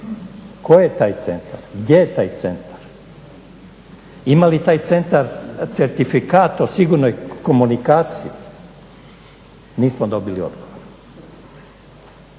Tko je taj centar? Gdje je taj centar? Ima li taj centar certifikat o sigurnoj komunikaciji? Nismo dobili odgovor.